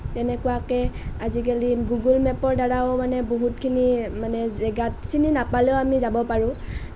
তেনেকুৱাকৈ আজিকালি গুগুল মেপৰ দ্বাৰাও মানে বহুতখিনি মানে জেগাত চিনি নাপালেও আমি যাব পাৰোঁ